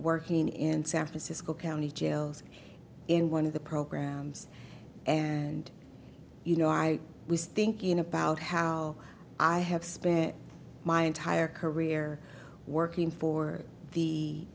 working in san francisco county jails in one of the programs and you know i was thinking about how i have spent my entire career working for the